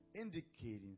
indicating